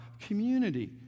Community